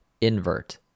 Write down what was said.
Invert